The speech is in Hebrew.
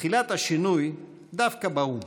תחילת השינוי, דווקא באו"ם.